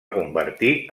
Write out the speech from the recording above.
convertir